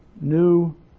new